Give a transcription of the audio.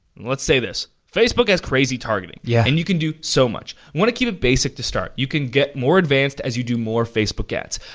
let's say this, facebook has crazy targeting. yeah. and you can do so much. i want to keep it basic to start. you can get more advanced as you do more facebook ads.